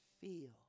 feel